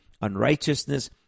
unrighteousness